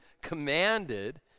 commanded